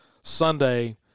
Sunday